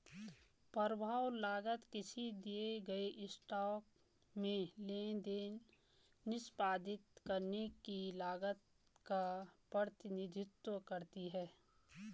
प्रभाव लागत किसी दिए गए स्टॉक में लेनदेन निष्पादित करने की लागत का प्रतिनिधित्व करती है